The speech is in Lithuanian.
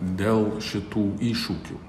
dėl šitų iššūkių